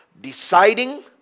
deciding